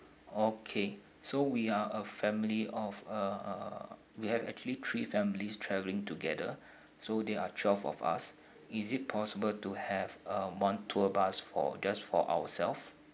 okay so we are a family of uh we have actually three families traveling together so they are twelve of us is it possible to have uh one tour bus for just for ourselves